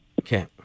Okay